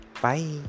bye